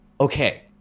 okay